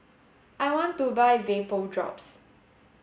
I want to buy Vapodrops